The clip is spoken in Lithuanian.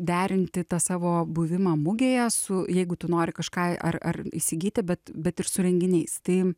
derinti tą savo buvimą mugėje su jeigu tu nori kažką ar ar įsigyti bet bet ir su renginiais tai